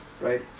Right